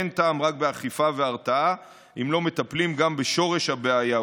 אין טעם רק באכיפה והרתעה אם לא מטפלים גם בשורש הבעיה,